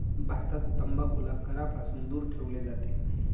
भारतात तंबाखूला करापासून दूर ठेवले जाते